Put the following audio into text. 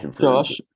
Josh